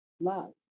love